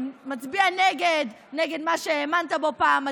מצביע נגד מה שהאמנת בו פעם,